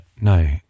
No